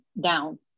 down